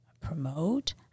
promote